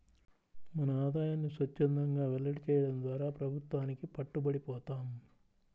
మన ఆదాయాన్ని స్వఛ్చందంగా వెల్లడి చేయడం ద్వారా ప్రభుత్వానికి పట్టుబడి పోతాం